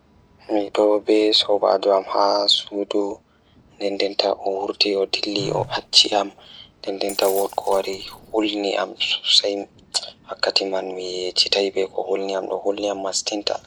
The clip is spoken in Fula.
Ko njam ko fowru moƴƴaare ɗum rewɓe ngal sabu mi ɗo waawde njiddaade fiyaangu ngal sabu mi njiddaade ko faama fiyaangu ngal.